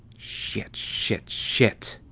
shit, shit, shit!